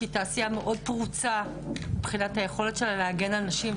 שהיא תעשייה מאוד פרוצה מבחינת היכולת שלה להגן על נשים,